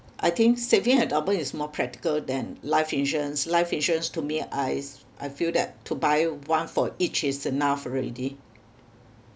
I think saving endowment is more practical than life insurance life insurance to me I s~ I feel that to buy one for each is enough already